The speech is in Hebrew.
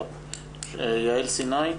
אז נעבור ליעל סיני.